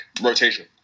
rotation